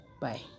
Bye